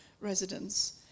residents